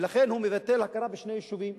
ולכן הוא מבטל הכרה בשני יישובים.